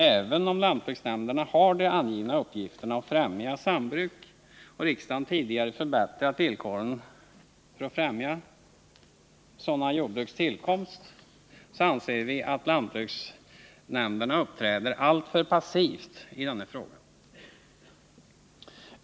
Även om lantbruksnämnderna har de angivna uppgifterna att främja sambruk och riksdagen tidigare förbättrat villkoren för att främja sådana jordbruks tillkomst. anser vi att lantbruksnämnderna uppträder alltför passivt i den här frågan.